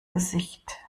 gesicht